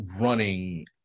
running